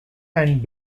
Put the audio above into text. and